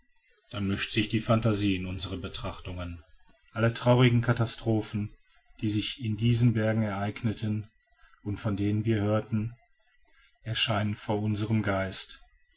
dann mischt sich die phantasie in unsere betrachtungen alle traurigen katastrophen die sich in diesen bergen ereigneten und von denen wir hörten erscheinen vor unserem geist